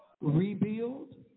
rebuild